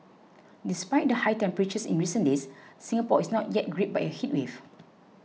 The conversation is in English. despite the high temperatures in recent days Singapore is not yet gripped by a heatwave